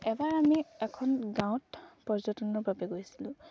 এবাৰ আমি এখন গাঁৱত পৰ্যটনৰ বাবে গৈছিলোঁ